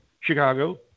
Chicago